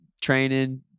training